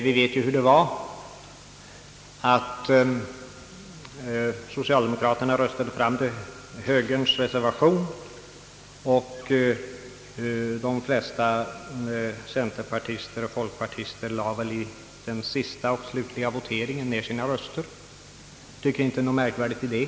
Vi vet ju hur det var: socialdemokraterna röstade fram högerns reservation, och de flesta centerpartister och folkpartister lade i den slutliga voteringen ned sina röster. Jag tycker inte att det är något märkvärdigt i det.